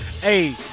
Hey